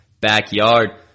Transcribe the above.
backyard